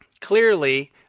clearly